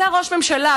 אתה ראש ממשלה.